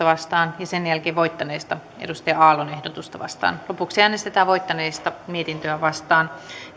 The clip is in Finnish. vastaan sen jälkeen voittaneesta ehdotusta neljäänkymmeneenseitsemään vastaan ja lopuksi voittaneesta mietintöä vastaan